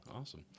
Awesome